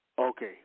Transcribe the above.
Okay